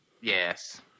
Yes